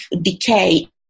decay